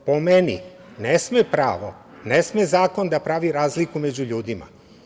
Po meni ne sme pravo, ne sme zakon da pravi razliku među ljudima.